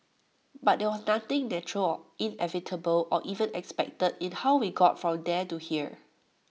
but there was nothing natural or inevitable or even expected in how we got from there to here